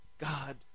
god